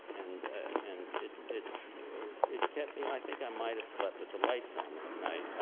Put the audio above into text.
and and it, it it kept me i think i might have slept with the lights on that night.